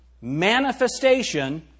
Manifestation